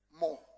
more